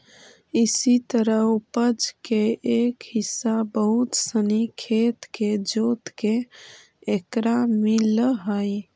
इसी तरह उपज के एक हिस्सा बहुत सनी खेत के जोतके एकरा मिलऽ हइ